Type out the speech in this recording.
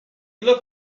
look